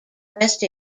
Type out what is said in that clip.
rest